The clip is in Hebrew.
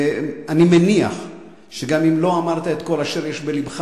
ואני מניח שגם אם לא אמרת את כל אשר יש בלבך